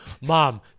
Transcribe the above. Mom